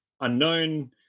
Unknown